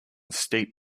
steep